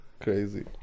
Crazy